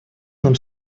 нам